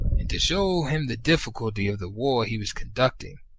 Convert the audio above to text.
and to shew him the difficulty of the war he was conduct ing,